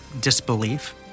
disbelief